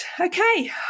okay